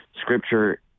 Scripture